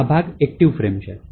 તો આ ભાગ એક્ટિવ ફ્રેમ છે